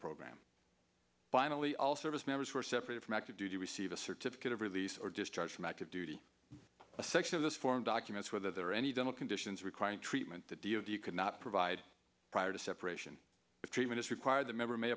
program finally all service members were separated from active duty receive a certificate of release or discharge from active duty a section of this form documents were there any dental conditions requiring treatment the d of you could not provide prior to separation of treatment is required the member may